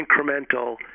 incremental